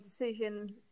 decision